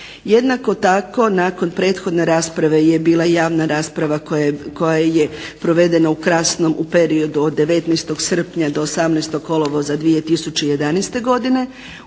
Jednako tako nakon prethodne rasprave je bila i javna rasprava koja je provedena u Krasnom u periodu od 19. srpnja do 18. kolovoza 2011. godine.